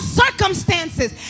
circumstances